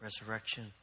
resurrection